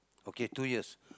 okay two years